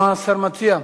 מה השר מציע,